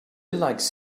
likes